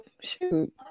shoot